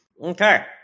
Okay